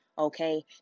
Okay